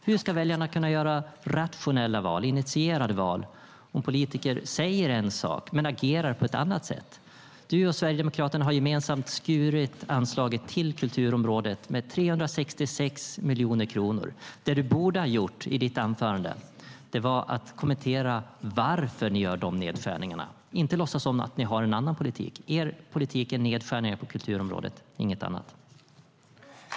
Hur ska väljarna kunna göra rationella och initierade val om politiker säger en sak men agerar på ett annat sätt? Alliansen och Sverigedemokraterna har gemensamt skurit ned anslaget till kulturområdet med 366 miljoner kronor. Det du borde ha gjort i ditt anförande var att kommentera varför ni gör de nedskärningarna och inte låtsas som att ni har en annan politik. Er politik är nedskärningar på kulturområdet, inget annat.